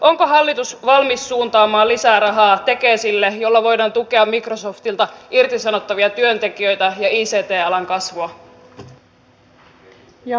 onko hallitus valmis suuntaamaan lisää rahaa tekesille jolloin voidaan tukea microsoftilta irtisanottavia työntekijöitä ja ict alan kasvua